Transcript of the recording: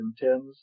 intends